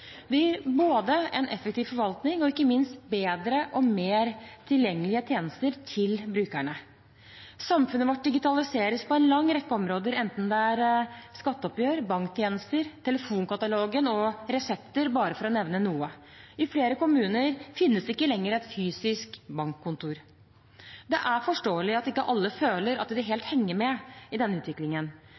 Det gir en effektiv forvaltning og ikke minst bedre og mer tilgjengelige tjenester til brukerne. Samfunnet vårt digitaliseres på en lang rekke områder enten det er skatteoppgjør, banktjenester, telefonkatalogen og resepter – bare for å nevne noe. I flere kommuner finnes det ikke lenger et fysisk bankkontor. Det er forståelig at ikke alle føler at de helt henger med i denne utviklingen.